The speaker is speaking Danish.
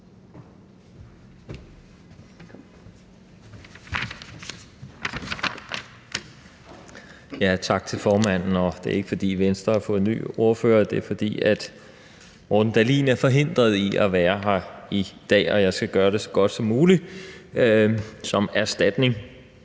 Tak til formanden. Det er ikke, fordi Venstre har fået ny ordfører. Det er, fordi Morten Dahlin er forhindret i at være her i dag. Jeg skal gøre det så godt som muligt som erstatning.